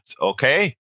Okay